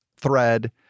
thread